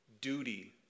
duty